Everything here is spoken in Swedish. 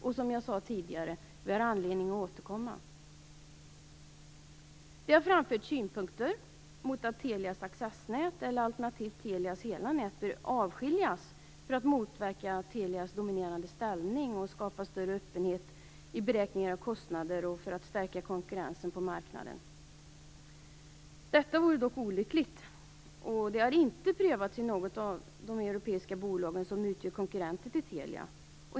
Och som jag sade tidigare: Vi har anledning att återkomma. Det har framförts synpunkter på att Telias accessnät alternativt Telias hela nät bör avskiljas för att motverka Telias dominerande ställning, skapa större öppenhet i beräkningarna av kostnader och för att stärka konkurrensen på marknaden. Detta vore dock olyckligt, och det har inte prövats i något av de europeiska bolag som utgör konkurrenter till Telia.